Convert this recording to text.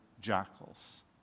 jackals